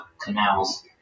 canals